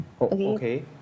Okay